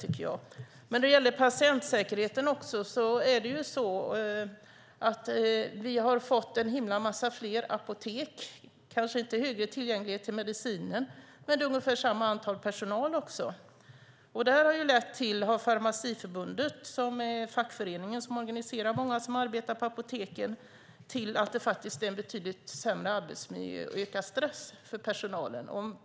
När det gäller patientsäkerheten har vi fått en himla massa fler apotek. Det kanske inte är större tillgänglighet till mediciner, och det är ungefär samma antal personal. Enligt Farmaciförbundet, fackföreningen som organiserar många som arbetar på apoteken, har det lett till att det blivit en betydligt sämre arbetsmiljö och ökad stress för personalen.